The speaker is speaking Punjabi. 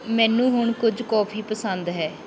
ਮੈਨੂੰ ਹੁਣ ਕੁਝ ਕੌਫੀ ਪਸੰਦ ਹੈ